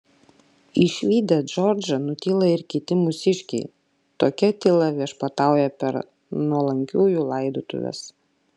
išvydę džordžą nutyla ir kiti mūsiškiai tokia tyla viešpatauja per nuolankiųjų laidotuves